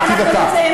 הוספתי דקה.